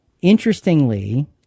interestingly